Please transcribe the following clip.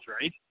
right